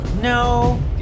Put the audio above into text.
No